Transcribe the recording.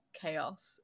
chaos